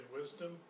wisdom